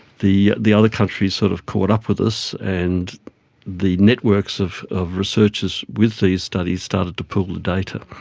the the other countries sort of caught up with us and the networks of of researchers with these studies started to pool the data.